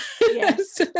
Yes